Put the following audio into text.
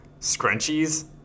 Scrunchies